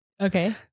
Okay